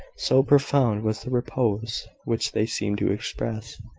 so profound was the repose which they seemed to express.